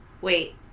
Wait